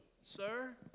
sir